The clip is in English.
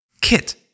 Kit